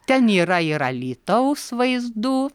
ten yra ir alytaus vaizdų